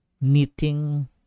knitting